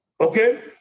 Okay